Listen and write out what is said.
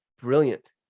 brilliant